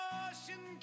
ocean